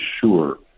sure